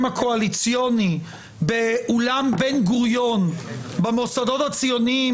הקואליציוני באולם בן גוריון במוסדות הציוניים,